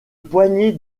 poignée